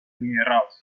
minerals